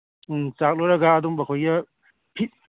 ꯎꯝ ꯆꯥꯛ ꯂꯣꯏꯔꯒ ꯑꯗꯨꯝꯕ ꯍꯣꯌꯔ